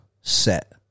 set